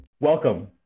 Welcome